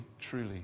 truly